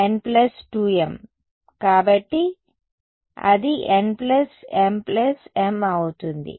n2m కాబట్టి అది nmm అవుతుంది